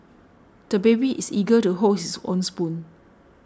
the baby is eager to hold his own spoon